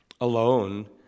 alone